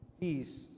peace